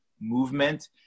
movement